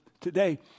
today